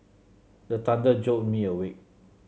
the thunder jolt me awake